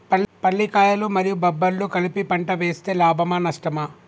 పల్లికాయలు మరియు బబ్బర్లు కలిపి పంట వేస్తే లాభమా? నష్టమా?